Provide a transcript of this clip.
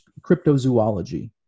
cryptozoology